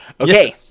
Okay